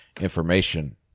information